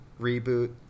reboot